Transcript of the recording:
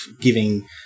giving